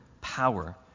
power